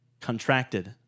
contracted